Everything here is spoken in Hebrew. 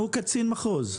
הוא קצין מחוז.